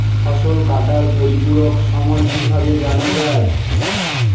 ফসল কাটার পরিপূরক সময় কিভাবে জানা যায়?